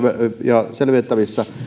ja selvitettävissä